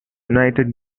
united